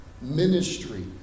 ministry